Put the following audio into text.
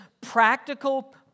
practical